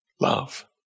love